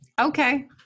Okay